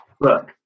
Look